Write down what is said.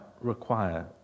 require